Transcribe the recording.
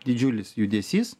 didžiulis judesys